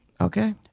Okay